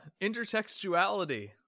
intertextuality